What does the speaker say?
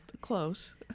close